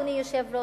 אדוני היושב-ראש,